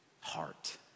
heart